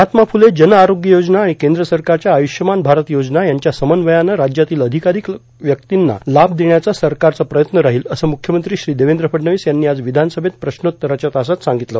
महात्मा फुले जनआरोग्य योजना आणि केंद्र सरकारच्या आयुष्यमान भारत योजना यांच्या समन्वयानं राज्यातील अधिकाधिक व्यक्तींना लाभ देण्याचा सरकारचा प्रयत्न राहील असं मुख्यमंत्री श्री देवेंद्र फडणवीस यांनी आज विधानसभेत प्रश्नोत्तराच्या तासात सांगितलं